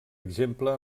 exemple